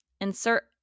insert